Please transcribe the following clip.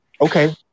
Okay